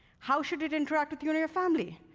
how should it interact with you and your family?